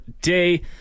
day